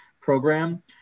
program